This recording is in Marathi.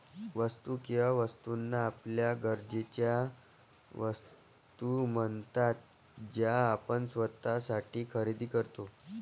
वस्तू किंवा वस्तूंना आपल्या गरजेच्या वस्तू म्हणतात ज्या आपण स्वतःसाठी खरेदी करतो